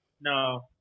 No